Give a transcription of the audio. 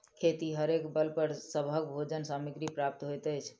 खेतिहरेक बल पर सभक भोजन सामग्री प्राप्त होइत अछि